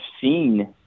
seen